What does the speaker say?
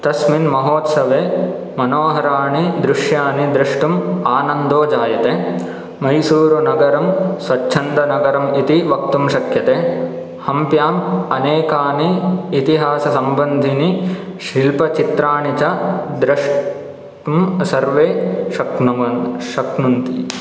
तस्मिन् महोत्सवे मनोहराणि दृष्यानि द्रष्टुमानन्दो जायते मैसूरुनगरं स्वछन्दनगरम् इति वक्तुं शक्यते हम्प्याम् अनेकानि इतिहाससम्बन्धिनि शिल्पचित्राणि च द्रष्टुं सर्वे शक्नुवन् शक्नुवन्ति